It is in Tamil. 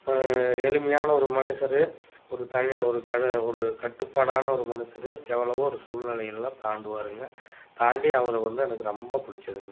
எளிமையான ஒரு மனுஷர் ஒரு தழ் ஒரு கடு ஒரு கட்டுப்பாடான ஒரு மனுஷர் எவ்வளோவோ ஒரு சூழ்நிலை எல்லாம் தாண்டுவாருங்க தாண்டி அவரு வந்து எனக்கு ரொம்ப பிடிச்சதுங்க